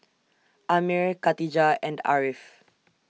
Ammir Katijah and Ariff